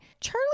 Charlie